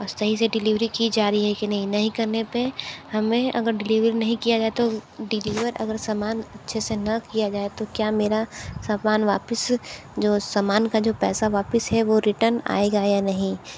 और सही से डिलिवरी की जा रही है कि नहीं नहीं करने पे हमें अगर डिलिवरी नहीं किया गया तो डिलीवर अगर समान अच्छे से न किया जाए तो क्या मेरा सामान वापिस जो सामान का जो पैसा वापिस है वह रिटर्न आएगा या नहीं